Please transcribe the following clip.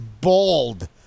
bald